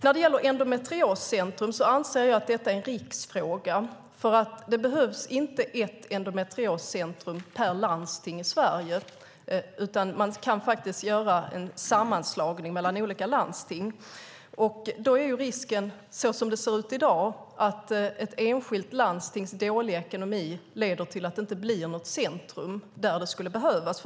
När det gäller endometrioscentrum anser jag att detta är en riksfråga, för det behövs inte ett endometrioscentrum per landsting i Sverige. Man kan faktiskt göra en sammanslagning mellan olika landsting. Så som det ser ut i dag är risken att ett enskilt landstings dåliga ekonomi leder till att det inte blir något centrum där det skulle behövas.